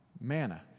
Manna